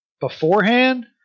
beforehand